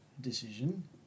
decision